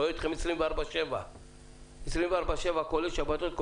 רואה אתכם 24/7 כולל שבתות,